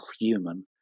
human